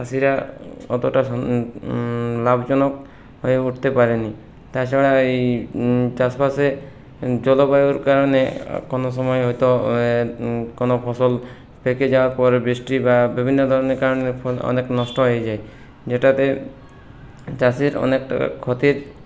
চাষিরা অতোটা লাভজনক হয়ে উঠতে পারেনি তাছাড়া এই চাষ বাসে জলবায়ুর কারণে কোনো সময় হয়তো কোনো ফসল পেকে যাওয়ার পরে বৃষ্টি বা বিভিন্ন ধরনের কারণে অনেক নষ্ট হয়ে যায় যেটাতে চাষির অনেক টাকা ক্ষতির